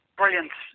brilliant